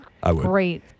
great